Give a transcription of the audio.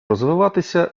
розвиватися